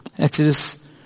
Exodus